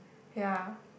ya